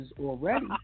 already